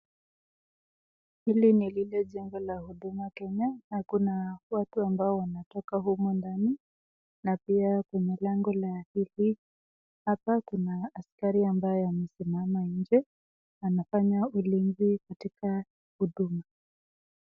Hili ni lile jengo la huduma Kenya. Kuna watu ambao wanatoka humo ndani na pia kuna lango. Hapa kuna askari amesimama nje anafanya ulinzi katika huduma.